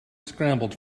scrambled